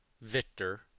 Victor